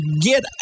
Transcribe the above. get